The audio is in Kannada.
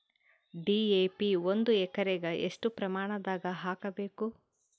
ಡಿ.ಎ.ಪಿ ಒಂದು ಎಕರಿಗ ಎಷ್ಟ ಪ್ರಮಾಣದಾಗ ಹಾಕಬೇಕು?